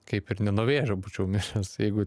kaip ir ne nuo vėžio būčiau mires jeigu